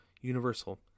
Universal